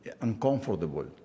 uncomfortable